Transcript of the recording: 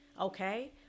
okay